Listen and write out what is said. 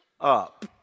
up